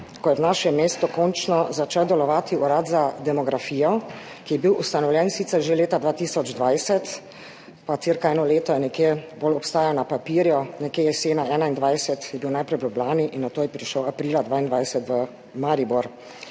ko je v našem mestu končno začel delovati Urad za demografijo, ki je bil ustanovljen sicer že leta 2020 in cirka eno leto je nekje obstajal bolj na papirju. Nekje jeseni 2021 je bil najprej v Ljubljani in nato je prišel aprila 2022 v Maribor,